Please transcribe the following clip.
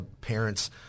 parents